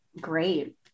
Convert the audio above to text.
Great